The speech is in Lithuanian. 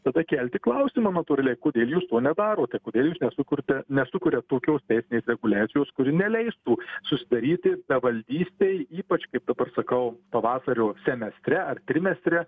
tada kelti klausimą natūraliai kodėl jūs to nedarote kodėl jūs nesukuriate nesukuriat tokios teisinės reguliacijos kuri neleistų susidaryti bevaldystei ypač kaip dabar sakau pavasario semestre ar trimestre